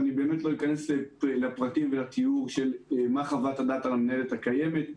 ואני באמת לא אכנס לפרטים ולתיאור של חוות הדעת על המנהלת הקיימת,